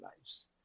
lives